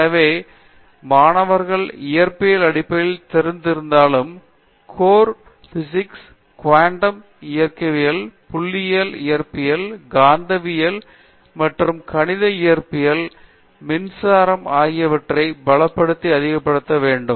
எனவே மாணவர்கள் இயற்பியல் அடிப்படை தெரிந்து இருந்தாலும் கோர் பிசிக்ஸ் குவாண்டம் இயக்கவியல் புள்ளியியல் இயற்பியல் காந்தவியல் மற்றும் கணித இயற்பியலில் மின்சாரம் ஆகியவற்றைப் பலப்படுத்தி அதிகப்படுத்த வேண்டும்